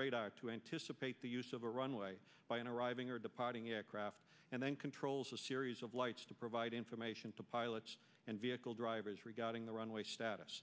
radar to anticipate the use of a runway by an arriving or departing aircraft and then controls a series of lights to provide information to pilots and vehicle drivers regarding the runway status